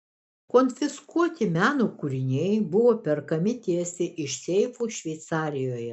konfiskuoti meno kūriniai buvo perkami tiesiai iš seifų šveicarijoje